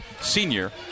senior